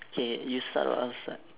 K you start or I'll start